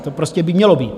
To prostě by mělo být.